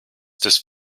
des